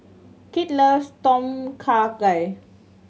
Kit loves Tom Kha Gai